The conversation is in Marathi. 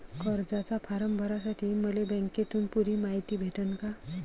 कर्जाचा फारम भरासाठी मले बँकेतून पुरी मायती भेटन का?